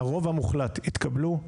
הרוב המוחלט התקבלו,